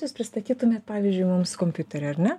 jūs pristatytumėt pavyzdžiui mums kompiuterį ar ne